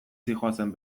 zihoazen